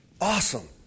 Awesome